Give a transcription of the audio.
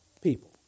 people